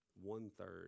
one-third